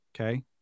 Okay